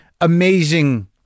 amazing